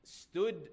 stood